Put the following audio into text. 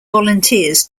volunteers